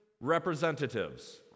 representatives